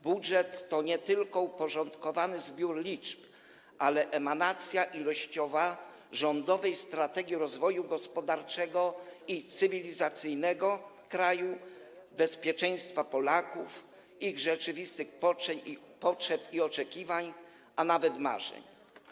Budżet to nie tylko uporządkowany zbiór liczb, ale emanacja ilościowa rządowej strategii rozwoju gospodarczego i cywilizacyjnego kraju, bezpieczeństwa Polaków, ich rzeczywistych potrzeb i oczekiwań, a nawet marzeń.